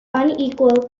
unequal